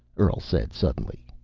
earl said suddenly.